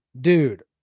dude